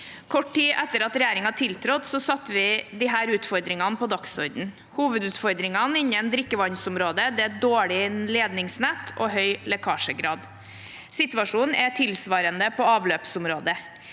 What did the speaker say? Kort tid etter at regjeringen tiltrådte, satte vi disse utfordringene på dagsordenen. Hovedutfordringene innenfor drikkevannsområdet er dårlig ledningsnett og høy lekkasjegrad. Situasjonen er tilsvarende på avløpsområdet.